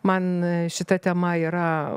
man šita tema yra